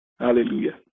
Hallelujah